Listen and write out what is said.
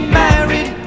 married